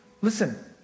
Listen